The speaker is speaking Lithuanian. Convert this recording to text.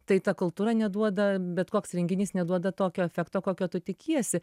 tai ta kultūra neduoda bet koks renginys neduoda tokio efekto kokio tu tikiesi